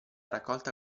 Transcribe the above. raccolta